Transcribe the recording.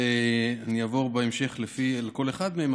אני אעבור בהמשך על כל אחת מהן,